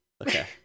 okay